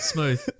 Smooth